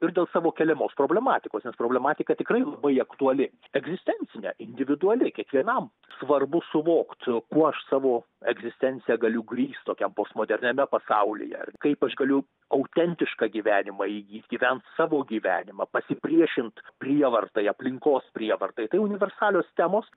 ir dėl savo keliamos problematikos nes problematika tikrai labai aktuali egzistencinė individuali kiekvienam svarbu suvokti kuo aš savo egzistencija galiu grįst tokiam postmoderniame pasaulyje kaip aš galiu autentišką gyvenimą įgyt gyvent savo gyvenimą pasipriešinti prievartai aplinkos prievartai tai universalios temos